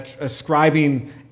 ascribing